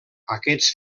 aquests